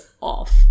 off